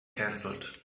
cancelled